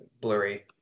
blurry